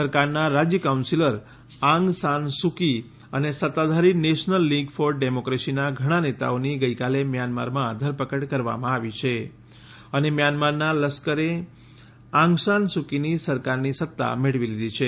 સરકારના રાજ્ય counsellor Aung San Suu Kyi અને સત્તાધારી નેશનલ લીગ ફોર ડેમોક્રેસીના ઘણા નેતાઓની ગઈકાલે મ્યાનમારમાં ધરપકડ કરવામાં આવી છે અને મ્યાનમારના લશ્કરે આંગસાન સુ કીની સરકારની સત્તા મેળવી લીધી છે